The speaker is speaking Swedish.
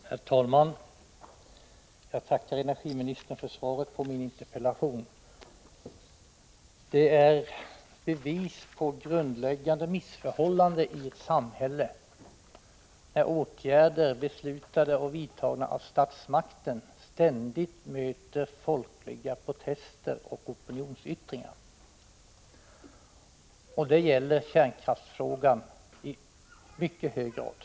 Herr talman! Jag tackar energiministern för svaret på min interpellation. Det är ett bevis på att det råder grundläggande missförhållanden i ett samhälle när åtgärder som är beslutade och vidtagna av statsmakten ständigt möter folkliga protester och opinionsyttringar. Detta gäller kärnkraftsfrågan i mycket hög grad.